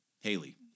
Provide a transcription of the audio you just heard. Haley